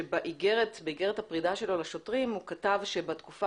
שבאיגרת הפרידה שלו לשוטרים הוא כתב שבתקופה